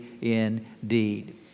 indeed